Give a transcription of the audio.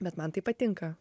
bet man tai patinka